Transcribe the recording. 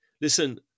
listen